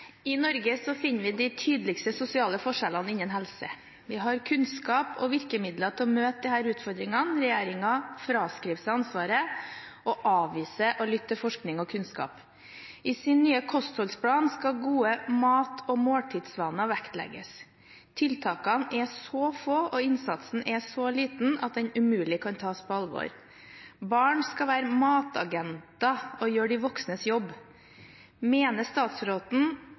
kunnskap. I sin nye kostholdsplan skal gode mat- og måltidsvaner vektlegges. Tiltakene er så få og innsatsen er så liten at den umulig kan tas på alvor. Barn skal være matagenter og gjøre de voksnes jobb. Mener statsråden